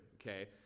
okay